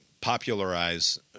popularize